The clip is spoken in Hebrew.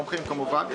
תומכים, כמובן.